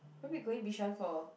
probably going Bishan for